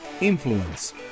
Influence